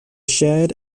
shared